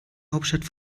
hauptstadt